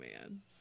man